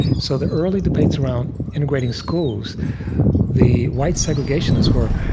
so the early debates around integrating schools the white segregationists were,